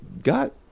got